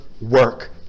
work